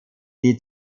die